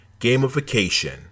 Gamification